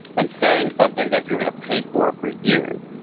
and saying something that you're going to pay for, for years,